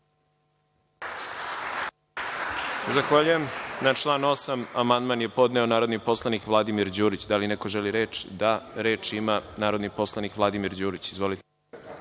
Zahvaljujem. Na član 8. amandman je podneo narodni poslanik Vladimir Đurić. Da li neko želi reč? (Da.)Reč ima narodni poslanik Vladimir Đurić. **Vladimir